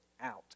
out